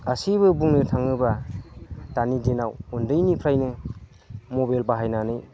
गासैबो बुंनो थाङोब्ला दानि दिनाव उन्दैनिफ्रायनो मबाइल बाहायनानै